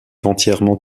entièrement